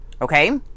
okay